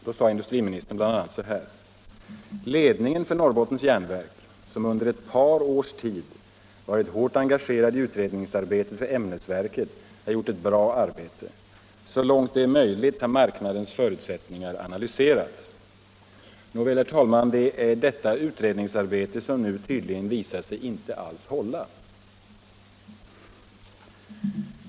Så här sade han bl.a.: ”Ledningen för Norrbottens Järnverk, som under ett par års tid varit hårt engagerad i utredningsarbetet för ämnesverket, har gjort ett bra arbete. Så långt det är möjligt har marknadens förutsättningar analyserats.” Nåväl, det är detta utredningsarbete som nu tydligen har visat sig inte alls hålla.